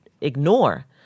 ignore